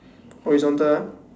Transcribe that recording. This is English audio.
horizontal ah